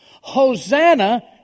Hosanna